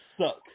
suck